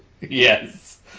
Yes